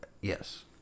Yes